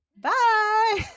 Bye